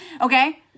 Okay